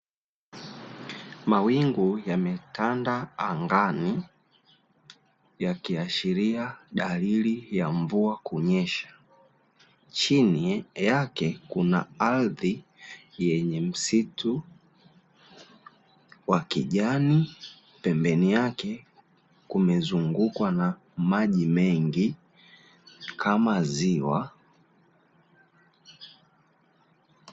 Mawingu yanlmetanda angani yakiashiria dalili ya mvua kunyesha, chini yake kuna ardhi yenye msitu wa kijani pembeni yake kumezungukwa na maji mengi kama ziwa.